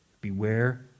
Beware